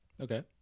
Okay